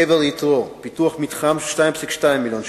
קבר-יתרו, פיתוח המתחם, 2.2 מיליוני שקלים,